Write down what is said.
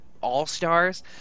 all-stars